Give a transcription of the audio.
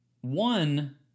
one